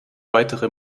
weitere